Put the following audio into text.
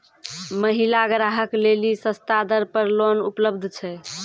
महिला ग्राहक लेली सस्ता दर पर लोन उपलब्ध छै?